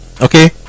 okay